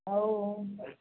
ଆଉ